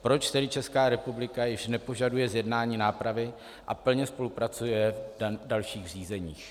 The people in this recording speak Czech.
Proč tedy Česká republika již nepožaduje zjednání nápravy a plně spolupracuje v dalších řízeních?